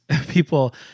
people